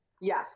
Yes